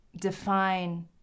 define